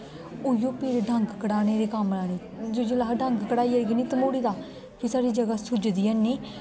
ओइयो पीड़ डंग कढाने दे कम्म आनी जिसले अस डंग कढाइये ना तमौडी दा की साढ़ी जगह सुजदी है नी